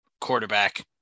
quarterback